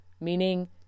meaning